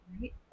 right